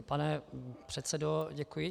Pane předsedo, děkuji.